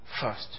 first